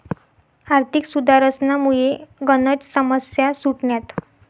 आर्थिक सुधारसनामुये गनच समस्या सुटण्यात